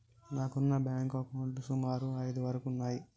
నాకున్న బ్యేంకు అకౌంట్లు సుమారు ఐదు వరకు ఉన్నయ్యి